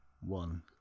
one